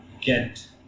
get